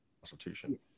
Constitution